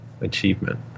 achievement